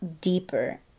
deeper